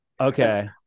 Okay